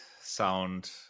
sound